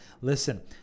listen